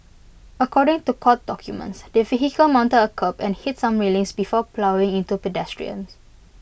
according to court documents the vehicle mounted A curb and hit some railings before ploughing into pedestrians